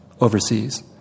overseas